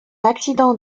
accident